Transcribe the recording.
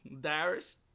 Darius